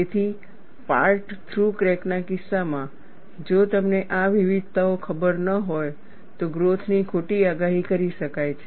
તેથી part through ક્રેકના કિસ્સામાં જો તમને આ વિવિધતાઓ ખબર ન હોય તો ગ્રોથ ની ખોટી આગાહી કરી શકાય છે